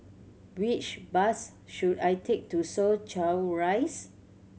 which bus should I take to Soo Chow Rise